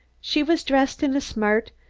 she was dressed in a smart,